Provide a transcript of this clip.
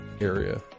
area